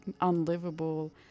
unlivable